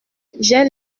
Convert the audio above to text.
j’ai